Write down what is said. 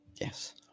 Yes